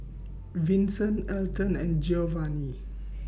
Vinson Alton and Geovanni